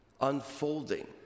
unfolding